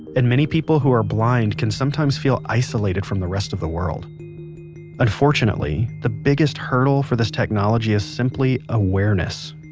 and many people who are blind can sometimes feel isolated from the rest of the world unfortunately, the biggest hurdle for this technology is simply, awareness